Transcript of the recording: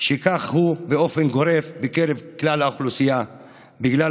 שכך הוא באופן גורף בקרב כלל האוכלוסייה בגלל